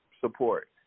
support